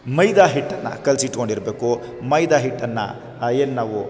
ಮೈದಾ ಹಿಟ್ಟನ್ನು ಕಲಸಿಟ್ಕೊಂಡಿರ್ಬೇಕು ಮೈದಾ ಹಿಟ್ಟನ್ನು ಏನು ನಾವು